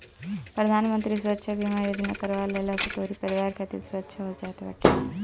प्रधानमंत्री सुरक्षा बीमा योजना करवा लेहला से तोहरी परिवार खातिर सुरक्षा हो जात बाटे